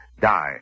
die